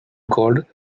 called